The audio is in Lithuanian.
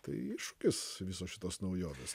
tai iššūkis visos šitos naujovės